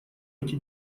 эти